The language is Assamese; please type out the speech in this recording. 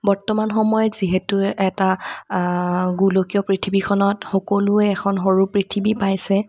বৰ্তমান সময়ত যিহেতু এটা গোলকীয় পৃথিৱীখনত সকলোৱে এখন সৰু পৃথিৱী পাইছে